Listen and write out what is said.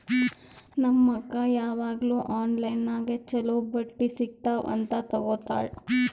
ನಮ್ ಅಕ್ಕಾ ಯಾವಾಗ್ನೂ ಆನ್ಲೈನ್ ನಾಗೆ ಛಲೋ ಬಟ್ಟಿ ಸಿಗ್ತಾವ್ ಅಂತ್ ತಗೋತ್ತಾಳ್